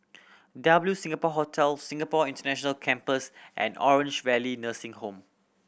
W Singapore Hotel Singapore International Campus and Orange Valley Nursing Home